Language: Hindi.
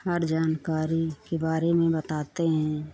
हर जानकारी के बारे में बताते हैं